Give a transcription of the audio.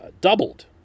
doubled